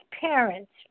parents